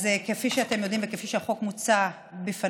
אז כפי שאתם יודעים וכפי שהחוק מוצג בפניכם,